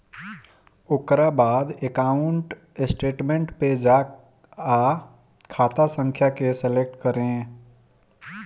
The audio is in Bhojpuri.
ओकरा बाद अकाउंट स्टेटमेंट पे जा आ खाता संख्या के सलेक्ट करे